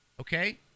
Okay